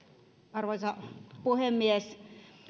arvoisa puhemies